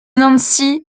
nancy